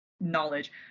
knowledge